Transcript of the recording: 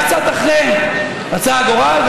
קצת אחרי זה רצה הגורל,